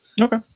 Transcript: Okay